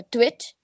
Twitch